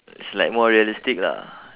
it's like more realistic lah